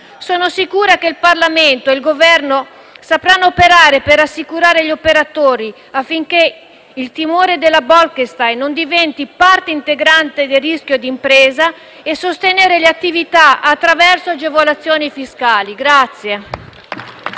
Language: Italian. sono sicura che il Parlamento e il Governo sapranno operare per rassicurare gli operatori, affinché il timore della Bolkestein non diventi parte integrante del rischio d'impresa, e sostenere le attività attraverso agevolazioni fiscali.